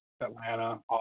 Atlanta